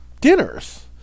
dinners